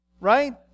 right